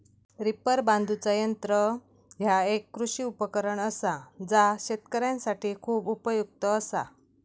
reaper बांधुचा यंत्र ह्या एक कृषी उपकरण असा जा शेतकऱ्यांसाठी खूप उपयुक्त असा